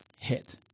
hit